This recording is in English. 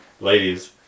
ladies